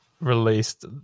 released